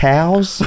Cows